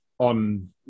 on